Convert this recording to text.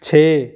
ਛੇ